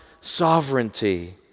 sovereignty